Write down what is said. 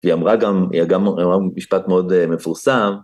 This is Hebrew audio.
‫היא אמרה גם משפט מאוד מפורסם.